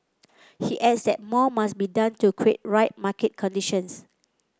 he adds that more must be done to create right market conditions